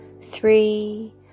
three